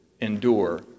endure